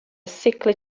sickly